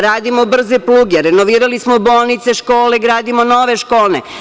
Radimo brze pruge, renovirali smo bolnice, škole, gradimo nove škole.